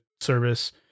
service